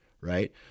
right